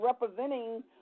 representing